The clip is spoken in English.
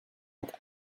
but